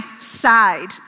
side